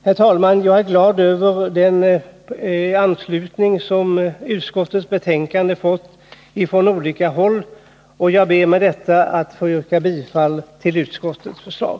Jag är, herr talman, glad över den anslutning som utskottets betänkande fått från olika håll, och jag ber att med detta få yrka bifall till utskottets hemställan.